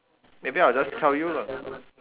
maybe I'll just tell you lah